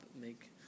make